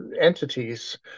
entities